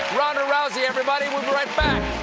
ronda rousey, everybody! we'll be right back